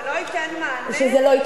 זה לא ייתן מענה.